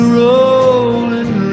rolling